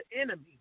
enemy